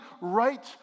right